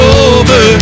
over